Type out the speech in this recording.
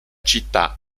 città